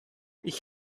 ich